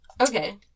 Okay